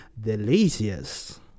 delicious